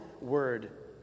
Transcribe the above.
Word